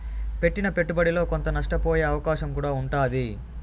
పెట్టిన పెట్టుబడిలో కొంత నష్టపోయే అవకాశం కూడా ఉంటాది